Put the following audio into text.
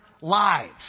lives